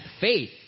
faith